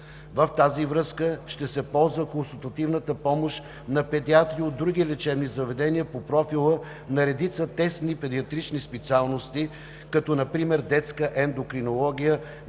В тази връзка ще се ползва консултативната помощ на педиатри от други лечебни заведения по профила на редица тесни педиатрични специалности, като например „Детска ендокринология“,